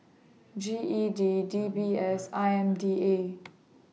G E D D B S and I M D A